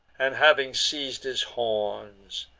and having seiz'd his horns,